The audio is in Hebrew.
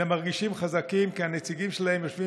אלא הם מרגישים חזקים כי הנציגים שלהם יושבים